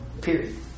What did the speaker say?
Period